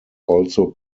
also